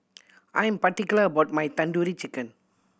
I am particular about my Tandoori Chicken